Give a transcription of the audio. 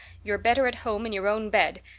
you're better at home in your own bed,